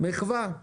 מחווה.